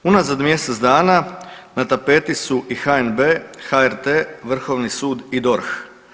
Unazad mjesec dana na tapeti su i HNB, HRT, Vrhovni sud i DORH.